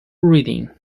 reading